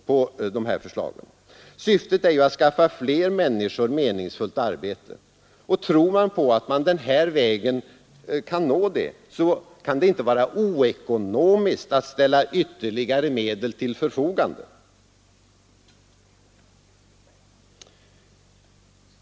Syftet är ju att skaffa fler människor meningsfullt arbete. Och tror man på att man den här vägen kan nå det syftet, så kan det inte vara oekonomiskt att ställa ytterligare medel till förfogande.